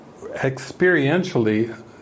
experientially